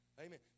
Amen